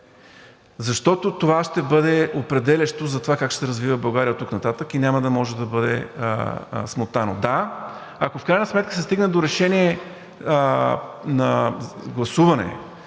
Защото това ще бъде определящо за това как ще се развива България оттук нататък и няма да може да бъде смотано. Да, ако в крайна сметка се стигне до решение на гласуване